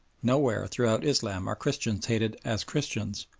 nowhere throughout islam are christians hated as christians,